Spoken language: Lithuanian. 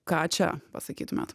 ką čia pasakytumėt